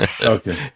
okay